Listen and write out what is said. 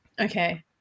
Okay